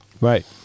Right